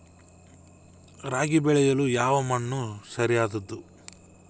ರಾಗಿ ಬೆಳೆಯಲು ಯಾವ ಮಣ್ಣು ಸರಿಯಾದದ್ದು?